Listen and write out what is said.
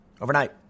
overnight